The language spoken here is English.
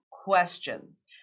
Questions